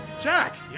Jack